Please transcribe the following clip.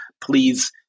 please